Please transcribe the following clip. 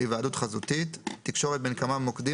"היוועדות חזותית" תקשורת בין כמה מוקדים